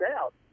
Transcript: out